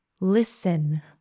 Listen